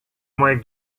mai